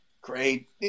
great